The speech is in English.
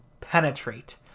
penetrate